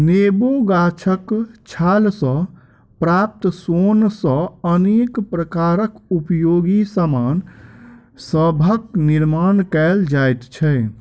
नेबो गाछक छाल सॅ प्राप्त सोन सॅ अनेक प्रकारक उपयोगी सामान सभक निर्मान कयल जाइत छै